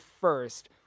first